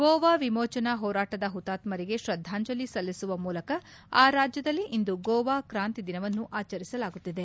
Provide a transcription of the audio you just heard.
ಗೋವಾ ವಿಮೋಜನಾ ಹೋರಾಟದ ಹುತಾತ್ಮರಿಗೆ ತ್ರದ್ಧಾಂಜಲಿ ಸಲ್ಲಿಸುವ ಮೂಲಕ ಆ ರಾಜ್ಯದಲ್ಲಿ ಇಂದು ಗೋವಾ ಕಾಂತಿ ದಿನವನ್ನು ಆಚರಿಸಲಾಗುತ್ತಿದೆ